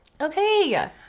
Okay